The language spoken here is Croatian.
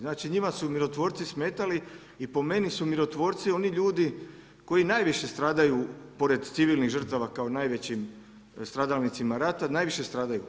Znači njima su mirotvorci smetali i po meni su mirotvorci oni ljudi koji najviše stradaju pored civilnih žrtava kao najvećim stradalnicima rata, najviše stradaju.